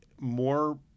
more